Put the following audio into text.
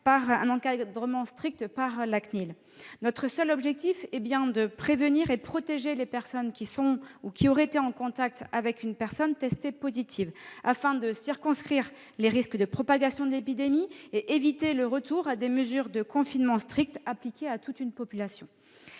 et des libertés (CNIL). Notre unique objectif est de prévenir et de protéger les personnes qui sont ou qui auraient été en contact avec une personne testée positive afin de circonscrire les risques de propagation de l'épidémie et d'éviter le retour à des mesures de confinement strict appliquées à toute une population.